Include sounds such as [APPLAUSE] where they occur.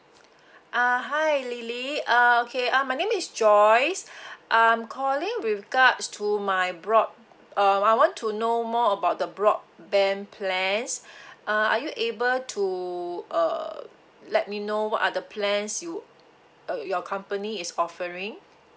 uh hi lily uh okay uh my name is joyce [BREATH] I'm calling with regards to my broad um I want to know more about the broadband plans [BREATH] uh are you able to uh let me know what are the plans you uh your company is offering